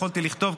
יכולתי לכתוב,